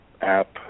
app